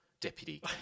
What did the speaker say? deputy